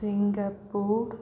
Singapore